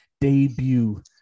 Debut